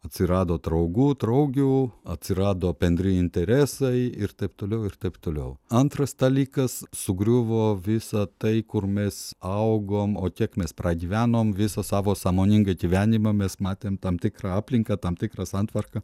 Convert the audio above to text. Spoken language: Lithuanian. atsirado draugų draugių atsirado bendri interesai ir taip toliau ir taip toliau antras dalykas sugriuvo visa tai kur mes augom o kiek mes pragyvenom visą savo sąmoningą gyvenimą mes matėm tam tikra aplinką tam tikrą santvarką